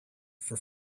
for